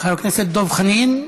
חבר הכנסת דב חנין,